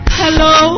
hello